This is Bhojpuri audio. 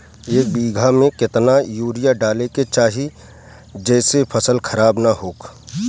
एक बीघा में केतना यूरिया डाले के चाहि जेसे फसल खराब ना होख?